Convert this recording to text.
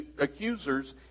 accusers